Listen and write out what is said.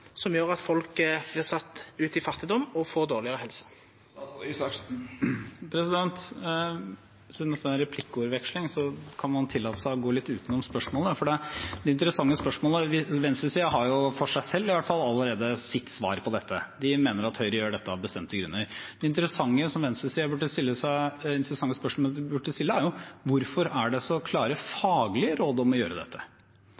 som gjer at folk vert sette ut i fattigdom og får dårlegare helse? Siden dette er en replikkordveksling, kan man tillate seg å gå litt utenom spørsmålet. Venstresiden har jo – for seg selv i hvert fall – allerede sitt svar på dette. De mener at Høyre gjør dette av bestemte grunner. Det interessante spørsmålet som venstresiden burde stille seg, er: Hvorfor er det så klare faglige råd om å gjøre dette? Hvorfor er det